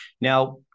now